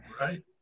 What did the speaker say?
right